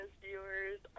viewers